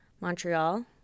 Montreal